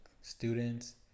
students